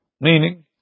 Meaning